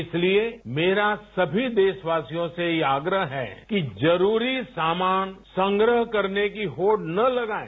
इसलिये मेरा सभी देशवासियों से यह आग्रह है कि जरूरी सामान संग्रह करने की होड़ ना लगायें